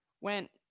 went